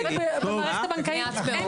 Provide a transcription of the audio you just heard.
רבותיי, רבותיי.